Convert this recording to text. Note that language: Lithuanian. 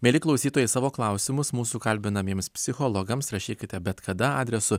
mieli klausytojai savo klausimus mūsų kalbinamiems psichologams rašykite bet kada adresu